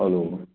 hello